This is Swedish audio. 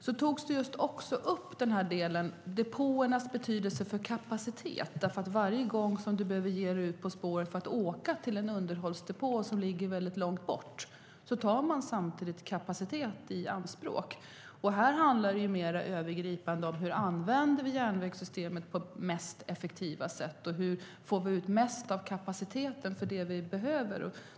Då togs också depåernas betydelse för kapaciteten upp, därför att varje gång som man måste ge sig ut på spåren för att åka till en underhållsdepå som ligger långt bort tar man samtidigt kapacitet i anspråk. Här handlar det mer övergripande om hur vi använder järnvägssystemet på det mest effektiva sättet och hur vi får ut mest av kapaciteten för det som vi behöver.